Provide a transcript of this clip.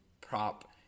prop